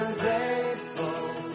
grateful